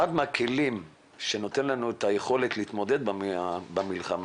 אחד מהכלים שנותן לנו את היכולת להתמודד במלחמה,